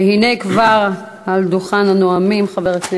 קריאה ראשונה.